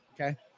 Okay